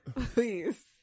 Please